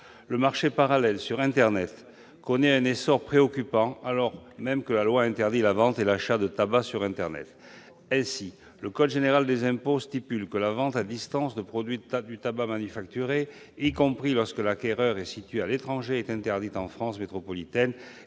Le marché parallèle sur internet connaît un essor préoccupant, alors même que la loi interdit la vente et l'achat de tabac en ligne. Ainsi, le code général des impôts indique que la vente à distance de produits du tabac manufacturé, y compris lorsque l'acquéreur est situé à l'étranger, est interdite en France métropolitaine